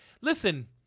listen